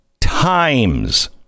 times